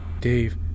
Dave